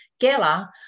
gala